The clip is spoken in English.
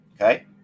Okay